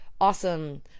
awesome